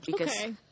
Okay